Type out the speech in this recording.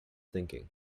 thinking